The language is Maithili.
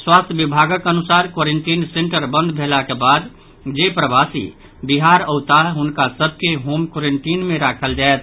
स्वास्थ्य विभागक अनुसार क्वारेंटीन सेन्टर बंद भेलाक बाद जे प्रवासी बिहार औताह हुनका सभ के होम क्वारेंटीन मे राखल जायत